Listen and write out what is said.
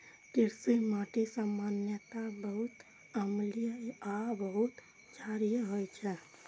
कृषि माटि सामान्यतः बहुत अम्लीय आ बहुत क्षारीय होइ छै